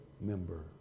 member